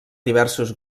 diversos